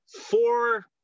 four